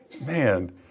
man